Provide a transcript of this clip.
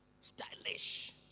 Stylish